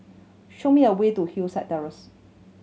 show me a way to Hillside Terrace